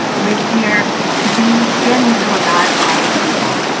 we're here to be standing before god for all his people.